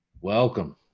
welcome